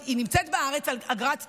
היא נמצאת בארץ על אגרת תייר,